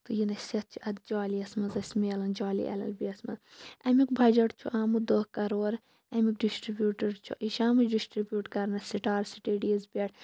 تہٕ یہِ نصیحت چھِ اَسہِ جولی یَس مَنٛز اَسہِ مِلان جولی ایل ایل بی یَس مَنٛز اَمِیُک بَجَٹ چھُ آمُت دَہ کَروراَمِیُک دِسٹرِبیوٹَر چھُ یہِ چھُ آمُت ڈِسٹرِبیوٹ کَرنہٕ سٹار سِٹَڈیز پٮ۪ٹھ